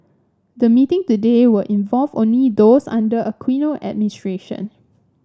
the meeting today will involve only those under the Aquino administration